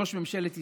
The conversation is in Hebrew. ראש ממשלת ישראל.